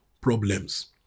problems